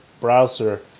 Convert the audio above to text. browser